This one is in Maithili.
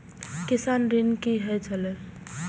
किसान ऋण की होय छल?